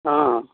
हाँ हाँ